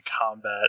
combat